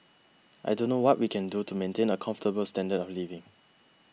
I don't know what we can do to maintain a comfortable standard of living